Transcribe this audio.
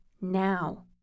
Now